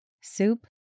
Soup